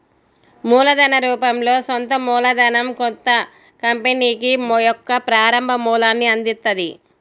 మూలధన రూపంలో సొంత మూలధనం కొత్త కంపెనీకి యొక్క ప్రారంభ మూలాన్ని అందిత్తది